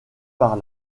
par